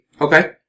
Okay